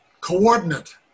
coordinate